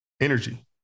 energy